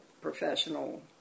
professional